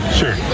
sure